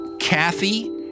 Kathy